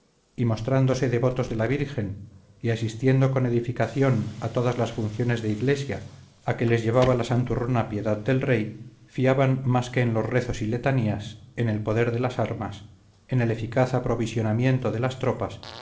y mostrándose devotos de la virgen y asistiendo con edificación a todas las funciones de iglesia a que les llevaba la santurrona piedad del rey fiaban más que en los rezos y letanías en el poder de las armas en el eficaz aprovisionamiento de las tropas